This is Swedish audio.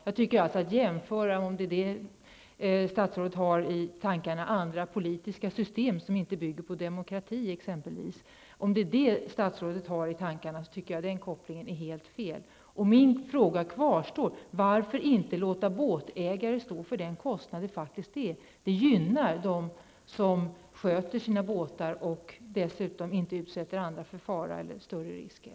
Om det som statsrådet har i tankarna är att jämföra detta med andra politiska system som inte bygger på demokrati, tycker jag att den kopplingen är helt fel. Min fråga kvarstår: Varför inte låta båtägarna stå för den faktiska kostnaden? Det gynnar dem som sköter sina båtar och dessutom inte utsätter andra för fara eller större risker.